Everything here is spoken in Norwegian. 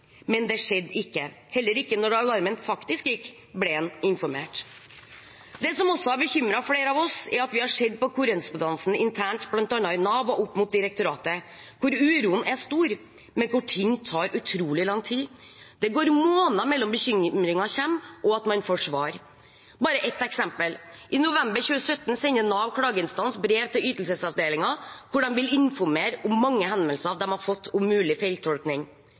Men det skjedde ikke. Heller ikke da alarmen faktisk gikk, ble han informert. Det som også har bekymret flere av oss, er at vi har sett på korrespondansen internt bl.a. i Nav og opp mot direktoratet, hvor uroen er stor, men hvor ting tar utrolig lang tid. Det går måneder mellom bekymringer kommer og man får svar. Bare ett eksempel: I november 2017 sender Nav klageinstans brev til ytelsesavdelingen, hvor de vil informere om mange henvendelser de har fått om mulig feiltolkning.